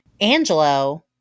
Angelo